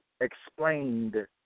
explained